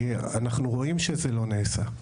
כי אנחנו רואים שזה לא נעשה.